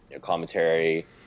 commentary